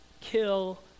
kill